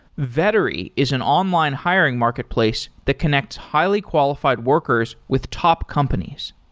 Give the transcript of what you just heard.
vettery is an online hiring marketplace to connect highly-qualified workers with top companies.